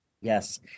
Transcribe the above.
Yes